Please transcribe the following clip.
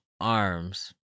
arms